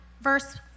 verse